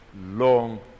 long